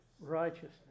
Righteousness